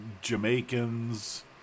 Jamaicans